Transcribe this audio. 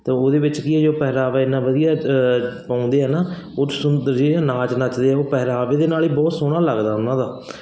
ਤਾਂ ਉਹਦੇ ਵਿੱਚ ਕੀ ਹੈ ਜੋ ਪਹਿਰਾਵਾ ਇੰਨਾ ਵਧੀਆ ਪਾਉਂਦੇ ਆ ਨਾ ਉਸ ਨੂੰ ਤੁਸੀਂ ਜਿਹੜਾ ਨਾਚ ਨੱਚਦੇ ਆ ਉਹ ਪਹਿਰਾਵੇ ਦੇ ਨਾਲ ਹੀ ਬਹੁਤ ਸੋਹਣਾ ਲੱਗਦਾ ਉਹਨਾਂ ਦਾ